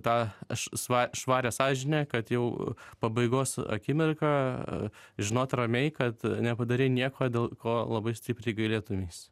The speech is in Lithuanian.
tą aš šva švarią sąžinę kad jau pabaigos akimirką žinot ramiai kad nepadarei nieko dėl ko labai stipriai gailėtumeis